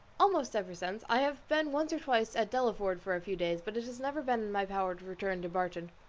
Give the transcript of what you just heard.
almost ever since i have been once or twice at delaford for a few days, but it has never been in my power to return to barton.